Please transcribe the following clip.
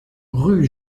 rue